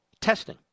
testing